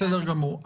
בסדר גמור.